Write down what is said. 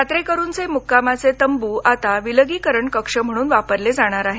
यात्रेकरूंचे मुक्कामाचे तंबू आता विलगीकरण कक्ष म्हणून वापरले जाणार आहेत